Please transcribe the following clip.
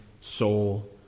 soul